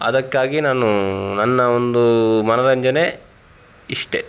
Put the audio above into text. ಅದಕ್ಕಾಗಿ ನಾನೂ ನನ್ನ ಒಂದು ಮನೋರಂಜನೆ ಇಷ್ಟೇ